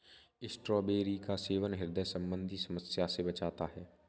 strawberry का सेवन ह्रदय संबंधी समस्या से बचाता है